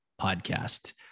podcast